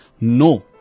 No